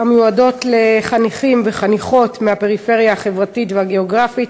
המיועדות לחניכים וחניכות מהפריפריה החברתית והגיאוגרפית,